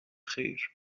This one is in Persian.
خیر